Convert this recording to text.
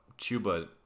Chuba